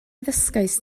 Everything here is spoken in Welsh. ddysgaist